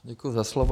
Děkuji za slovo.